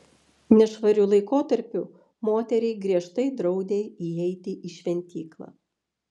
nešvariu laikotarpiu moteriai griežtai draudė įeiti į šventyklą